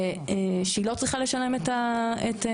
שהיא לא צריכה לשלם את התשלום,